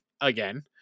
again